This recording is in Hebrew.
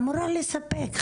אמורה לספק,